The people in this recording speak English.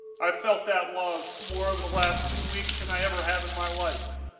i felt that love more over the last two weeks than i ever have in my life.